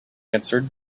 answered